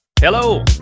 Hello